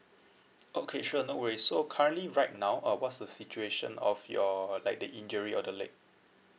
okay sure no worries so currently right now uh what's the situation of your like the injury of the leg